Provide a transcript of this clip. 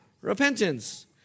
repentance